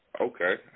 Okay